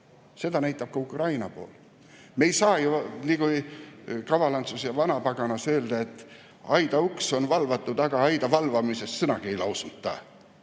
Seda näitab ka Ukraina. Me ei saa ju nii nagu "Kaval-Antsus ja Vanapaganas" öelda, et aida uks on valvatud, aga aida valvamisest mitte sõnagi lausuda.